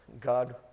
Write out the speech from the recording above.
God